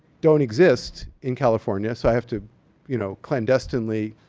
don't exist in california, so i have to you know clandestinely.